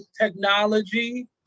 technology